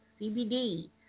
CBD